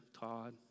Todd